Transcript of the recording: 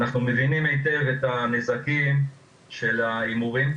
אנחנו מבינים היטב את הנזקים של ההימורים,